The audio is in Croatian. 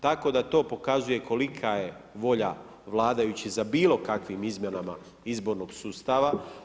Tako da to pokazuje kolika je volja vladajućih za bilo kakvim izmjenama izbornog sustava.